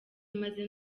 maze